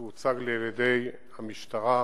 שהוצג לי על-ידי המשטרה,